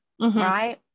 right